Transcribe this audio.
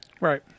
right